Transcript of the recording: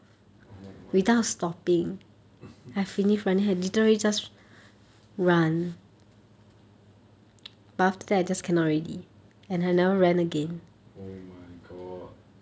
oh my god oh my god